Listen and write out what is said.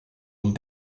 und